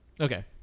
Okay